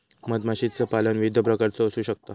मधमाशीपालन विविध प्रकारचा असू शकता